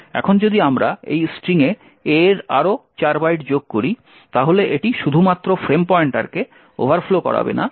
এখন যদি আমরা এই স্ট্রিং এ A এর আরও 4 বাইট যোগ করি তাহলে এটি শুধুমাত্র ফ্রেম পয়েন্টারকে ওভারফ্লো করাবে না